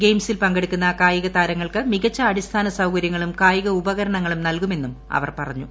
ഗെയിംസിൽ പങ്കെടുക്കുന്ന കായിക താരങ്ങൾക്ക് മികച്ച അടിസ്ഥാന സൌകര്യങ്ങളും കായിക ഉപകരണങ്ങളും നൽകുമെന്നും അവർ പറഞ്ഞു